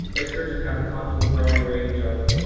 lake sturgeon have an optimal growing range of,